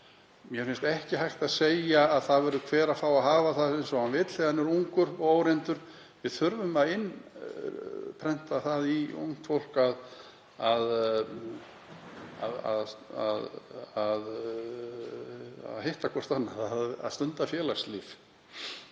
Mér finnst ekki hægt að segja að það verði hver að fá að hafa það eins og hann vill þegar hann er ungur og óreyndur. Við þurfum að innprenta það í ungt fólk að hitta hvert annað og stunda félagslíf.